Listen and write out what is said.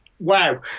wow